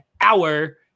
hour